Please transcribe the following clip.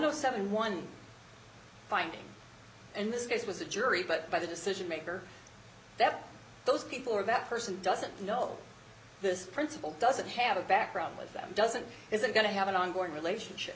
seventy one binding in this case was a jury but by the decision maker that those people are that person doesn't know this principle doesn't have a background with them doesn't isn't going to have an ongoing relationship